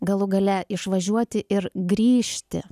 galų gale išvažiuoti ir grįžti